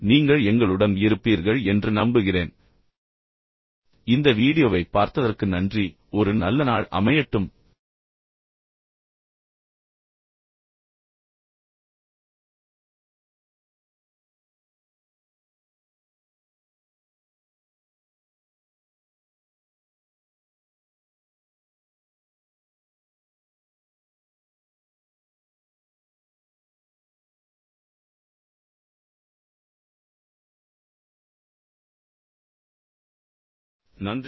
நீங்கள் எங்களுடன் இருப்பீர்கள் என்று நம்புகிறேன்